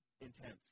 intense